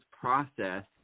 process